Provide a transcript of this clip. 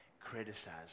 criticize